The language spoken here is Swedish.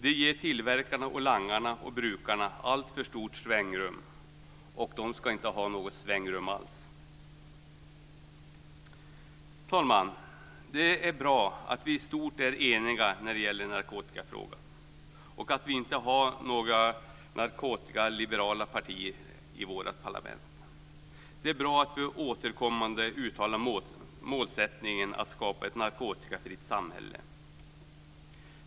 Det ger tillverkarna, langarna och brukarna alltför stort svängrum, och de ska inte ha något svängrum alls. Fru talman! Det är bra att vi i stort är eniga när det gäller narkotikafrågan och att vi inte har några narkotikaliberala partier i vårt parlament. Det är bra att vi återkommande uttalar målsättningen att skapa ett narkotikafritt samhälle.